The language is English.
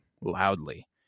loudly